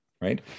right